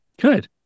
Good